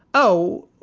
oh,